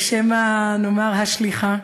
או שמא נאמר השליחה,